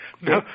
no